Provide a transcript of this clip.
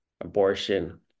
abortion